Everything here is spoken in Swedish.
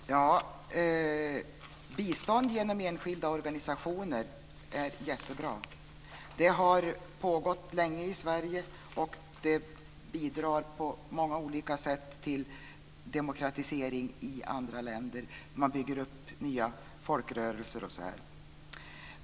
Fru talman! Bistånd genom enskilda organisationer är jättebra. Det har pågått länge från Sverige och det har på många olika sätt bidragit till demokratisering i andra länder. Man bygger upp nya folkrörelser osv.